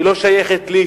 היא לא שייכת לי,